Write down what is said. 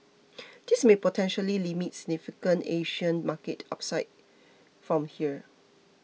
this may potentially limit significant Asian market upside from here